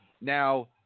Now